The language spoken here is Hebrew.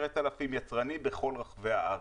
10,000 יצרנים בכל רחבי הארץ?